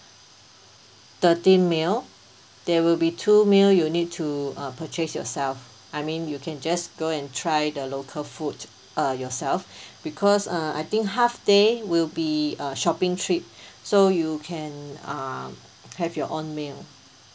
thirteen meal there will be two meal you need to uh purchase yourself I mean you can just go and try the local food uh yourself because uh I think half day will be a shopping trip so you can um have your own meal